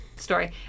story